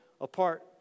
apart